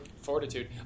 fortitude